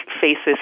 faces